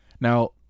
Now